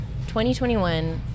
2021